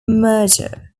merger